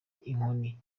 inkoni